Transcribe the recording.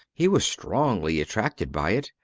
he was strongly attracted by it,